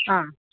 ആ